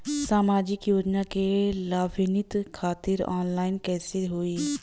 सामाजिक योजना क लाभान्वित खातिर ऑनलाइन कईसे होई?